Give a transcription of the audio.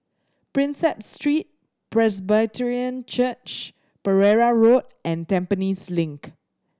Prinsep Street Presbyterian Church Pereira Road and Tampines Link